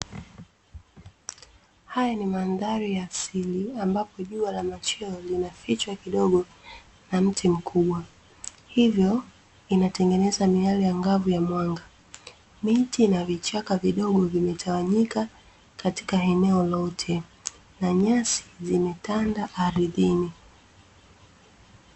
Haya ni mandhari ya asili, ambapo jua la machweo linafichwa kidogo na mti mkubwa. Hivyo inatengeneza miale angavu ya mwanga. Miti na vichaka vidogo vimetawanyika katika eneo lote, na nyasi zimetanda ardhini.